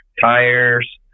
tires